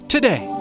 Today